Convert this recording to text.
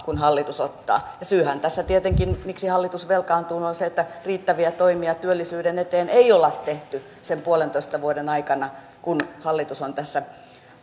kuin hallitus ottaa ja syyhän tässä tietenkin miksi hallitus velkaantuu on se että riittäviä toimia työllisyyden eteen ei olla tehty sen puolentoista vuoden aikana kun hallitus on tässä